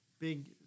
big